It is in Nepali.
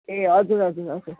ए हजुर हजुर हजुर